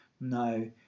no